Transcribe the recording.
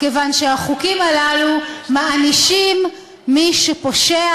מכיוון שהחוקים הללו מענישים מי שפושע